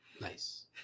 Nice